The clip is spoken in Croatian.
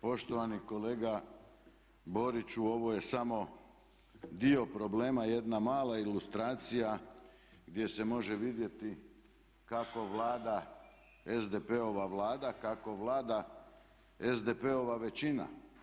Poštovani kolega Boriću, ovo je samo dio problema, jedna mala ilustracija gdje se može vidjeti kako Vlada, SDP-ova vlada kako vlada SDP-ova većina.